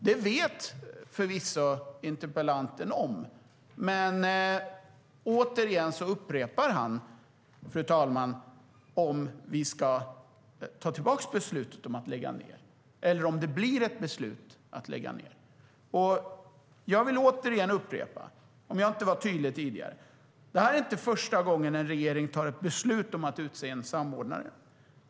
Det vet förvisso interpellanten om, men återigen upprepar han, fru talman, frågan om vi ska ta tillbaka beslutet om att lägga ned eller om det blir ett beslut om att lägga ned. Jag vill återigen upprepa, om jag inte var tydlig nog tidigare: Det här är inte första gången en regering tar ett beslut om att utse en samordnare.